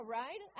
right